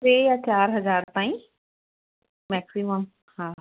टे या चारि हज़ार ताईं मैक्सीमम हा